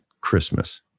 christmas